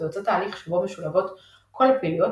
ויוצר תהליך שבו משולבות כל הפעילויות,